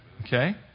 Okay